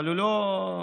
אבל הוא לא נירגע.